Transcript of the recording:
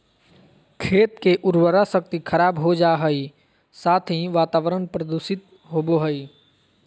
खेत के उर्वरा शक्ति खराब हो जा हइ, साथ ही वातावरण प्रदूषित होबो हइ